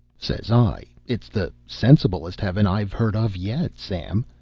says i, it's the sensiblest heaven i've heard of yet, sam,